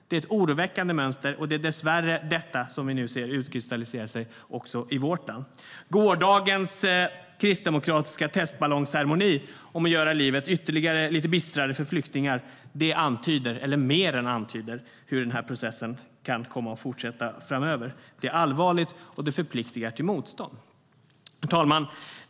Det är ett oroväckande mönster, och det är dessvärre detta som vi nu ser utkristallisera sig också i vårt land. Herr talman!